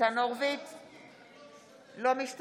ההצבעה לא חוקית, אני לא משתתף,